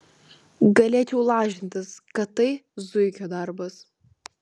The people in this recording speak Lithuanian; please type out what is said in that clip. galėčiau lažintis kad tai zuikio darbas